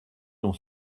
l’on